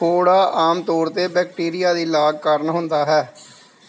ਫੋੜਾ ਆਮ ਤੌਰ 'ਤੇ ਬੈਕਟੀਰੀਆ ਦੀ ਲਾਗ ਕਾਰਨ ਹੁੰਦਾ ਹੈ